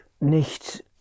nicht